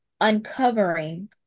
uncovering